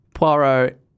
Poirot